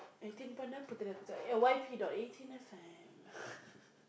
eighteen point Y_P dot eighteen F M